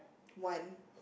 one